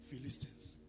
Philistines